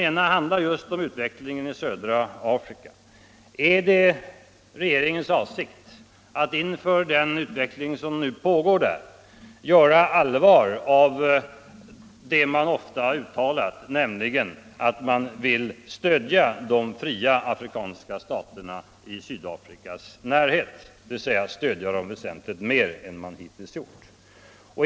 En handlar just om utvecklingen i södra Afrika: Är det regeringens avsikt att inför den utveckling som nu pågår där göra allvar av det man ofta uttalat, nämligen att man vill stödja de fria afrikanska staterna i Sydafrikas närhet, dvs. stödja dem väsentligt mer än man hittills gjort?